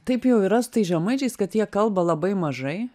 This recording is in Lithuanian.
taip jau yra su tais žemaičiais kad jie kalba labai mažai